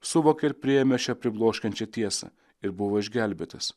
suvokė ir priėmė šią pribloškiančią tiesą ir buvo išgelbėtas